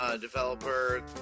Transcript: developer